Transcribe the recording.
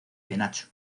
penacho